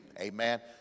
Amen